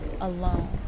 alone